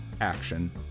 action